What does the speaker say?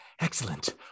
Excellent